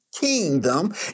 kingdom